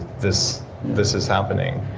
this this is happening.